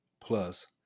plus